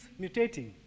mutating